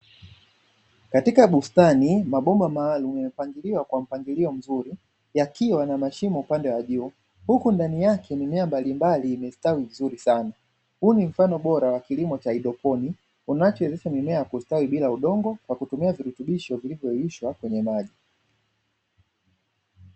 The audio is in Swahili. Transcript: Katika bustani mabomba maalumu yamepangilia kwa mpangilio mzuri yakiwa na mashimo upande wa juu huku ndani yake mimea mbalimbali imestawi vizuri sana, huu ni mfano bora wa kilimo cha haidroponi unachowezesha mimea kustawi bila udongo kwa kutumia virutubisho vilivyo yeyushwa kwenye maji.